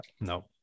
no